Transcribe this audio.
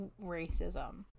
racism